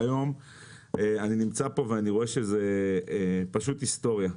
והיום אני נמצא פה ואני רואה שזאת פשוט היסטוריה,